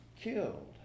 killed